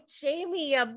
Jamie